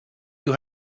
you